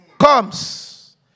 comes